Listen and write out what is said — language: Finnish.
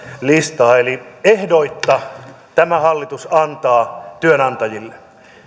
listaa ehdoitta tämä hallitus antaa työnantajille